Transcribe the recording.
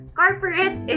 corporate